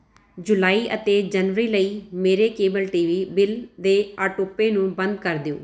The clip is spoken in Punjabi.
ਜੁਲਾਈ ਅਤੇ ਜਨਵਰੀ ਲਈ ਮੇਰੇ ਕੇਬਲ ਟੀ ਵੀ ਬਿੱਲ ਦੇ ਆਟੋਪੇਅ ਨੂੰ ਬੰਦ ਕਰ ਦਿਓ